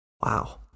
Wow